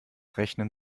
rechnen